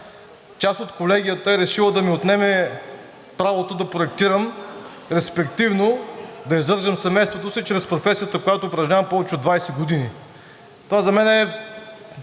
част от колегията е решила да ми отнеме правото да проектирам, респективно да издържам семейството си чрез професията, която упражнявам повече от 20 години. Това за мен